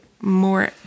more